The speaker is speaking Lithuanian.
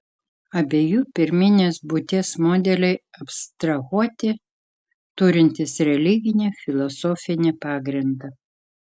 abiejų pirminės būties modeliai abstrahuoti turintys religinį filosofinį pagrindą